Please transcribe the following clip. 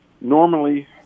normally